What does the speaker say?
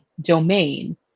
domain